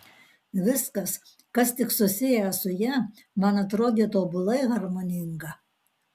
viskas kas tik susiję su ja man atrodė tobulai harmoninga